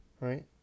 right